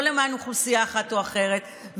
לא למען אוכלוסייה אחת או אחרת.